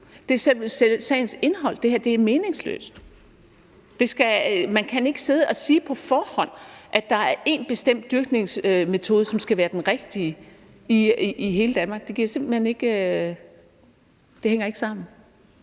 det er sagens indhold, for det her er meningsløst. Man kan ikke sidde og sige på forhånd, at der er en bestemt dyrkningsmetode, som skal være den rigtige i hele Danmark, for det hænger simpelt